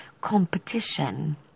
competition